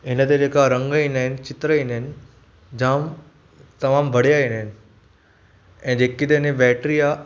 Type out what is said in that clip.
हिन ते जेका रंग ईंदा आहिनि चित्र ईंदा आहिनि जामु तमामु बढ़िया ईंदा आहिनि ऐं जेकी त हिन जी बैटरी आहे